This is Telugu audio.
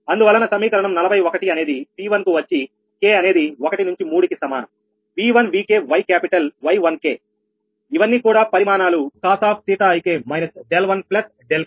అందువలన సమీకరణం 41 అనేది 𝑃1 కు వచ్చి k అనేది ఒకటి నుంచి మూడు కి సమానం V1 Vk Y capital Y1k ఇవన్నీ కూడా పరిమాణాలు cosik 1 k